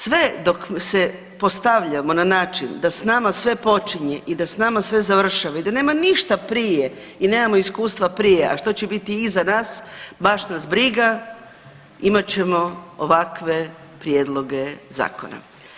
Sve dok se postavljamo na način da s nama sve počinje i da s nama sve završava i da nema ništa prije i nemamo iskustva prije, a što će biti iza nas, baš nas briga, imat ćemo ovakve prijedloge zakona.